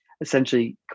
essentially